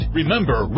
Remember